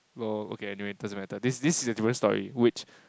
lol okay anyway it doesn't matter this is a different story which